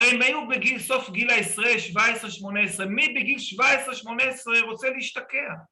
‫הם היו בגיל סוף גיל העשרה, 17-18, ‫מי בגיל 17-18 רוצה להשתקע?